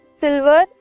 silver